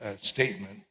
statement